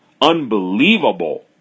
unbelievable